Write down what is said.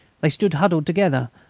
they stood huddled together,